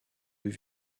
deux